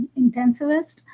intensivist